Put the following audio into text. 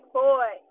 boy